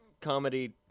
comedy